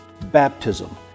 baptism